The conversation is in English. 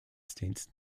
states